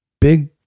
big